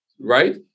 right